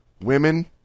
women